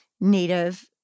native